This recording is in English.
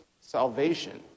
salvation